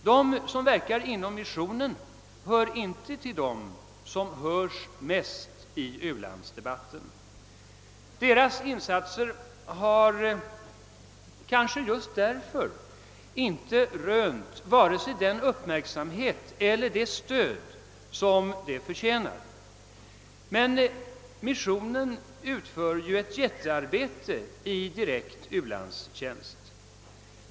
De som verkar inom missionen hör inte till dem som hörs mest i u-landsdebatten. Deras insatser har kanske just därför inte rönt vare sig den uppmärksamhet eller det stöd de förtjänar. Men missionen utför ett jättearbete i direkt u-landstjänst.